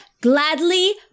gladly